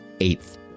eighth